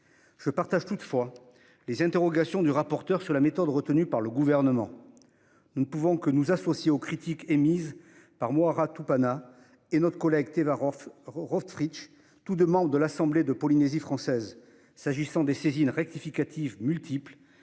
Je partage toutefois les interrogations du rapporteur sur la méthode retenue par le Gouvernement. Nous ne pouvons que nous associer aux critiques émises par Moihara Tupana et par notre collègue Teva Rohfritsch, tous deux membres de l'Assemblée de la Polynésie française, s'agissant des saisines rectificatives multiples